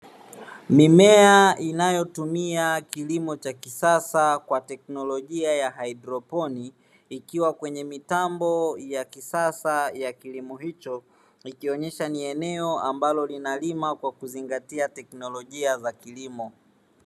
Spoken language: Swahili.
Mimea inayotumia kilimo cha kisasa kwa teknolojia ya haidroponi, ikiwa kwenye mitambo ya kisasa ya kilimo hicho. Ikionyesha ni eneo ambalo linalima kwa kuzingatia teknolojia za kilimo.